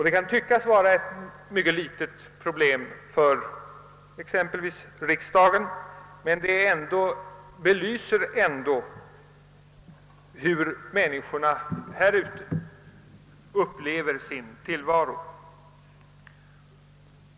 Det kan tyckas vara ett mycket litet problem för exempelvis riksdagen, men det belyser ändå hur människorna här ute upplever sin tillvaro.